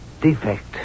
defect